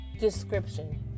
description